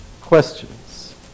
questions